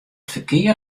ferkear